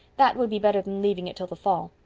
that would be better than leaving it till the fall.